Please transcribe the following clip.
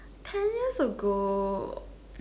ten years ago